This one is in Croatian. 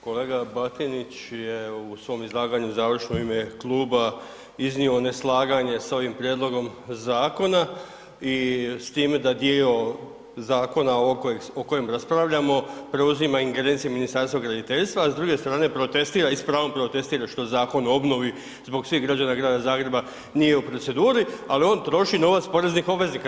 Kolega Batinić je u svom izlaganju u završno ime kluba iznio neslaganje s ovim prijedlogom zakona i s time da dio zakona ovog o kojem raspravljamo preuzima ingerencije Ministarstva graditeljstva, a s druge strane protestira i s pravom protestira što Zakon o obnovi zbog svih građana Grada Zagreba nije u proceduri, ali on troši novac poreznih obveznika.